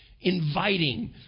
Inviting